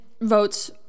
votes